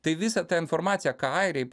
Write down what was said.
tai visa ta informacija ką airiai